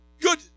Good